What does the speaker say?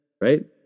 right